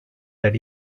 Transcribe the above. that